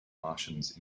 martians